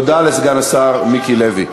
תודה לסגן השר מיקי לוי.